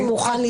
יוראי.